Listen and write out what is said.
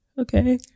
Okay